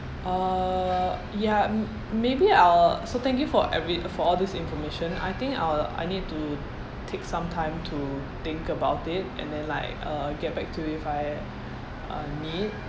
uh ya m~ maybe I'll so thank you for every for all this information I think I'll I need to take some time to think about it and then like uh get back to you if I uh need